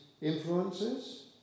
influences